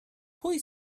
pwy